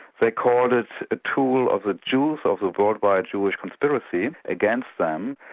they called it a tool of the jews of the worldwide jewish conspiracy against them,